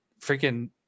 freaking